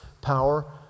power